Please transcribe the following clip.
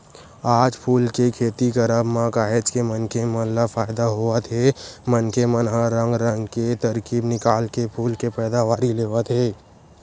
आज फूल के खेती करब म काहेच के मनखे मन ल फायदा होवत हे मनखे मन ह रंग रंग के तरकीब निकाल के फूल के पैदावारी लेवत हे